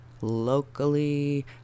locally